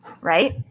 right